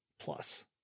Plus